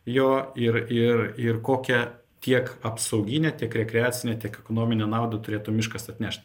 jo ir ir ir kokią tiek apsauginę tiek rekreacinę tiek ekonominę naudą turėtų miškas atnešt